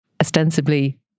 ostensibly